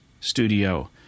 studio